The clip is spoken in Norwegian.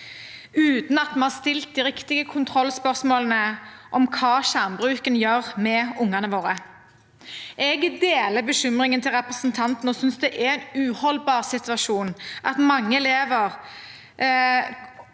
uten at vi har stilt de riktige kontrollspørsmålene om hva skjermbruken gjør med ungene våre. Jeg deler bekymringen til representanten og synes det er en uholdbar situasjon at mange elever